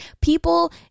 people